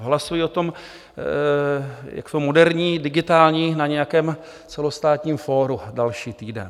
Hlasují o tom, jak jsou moderní, digitální na nějakém celostátním fóru další týden.